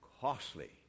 costly